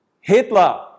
Hitler